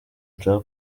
nshaka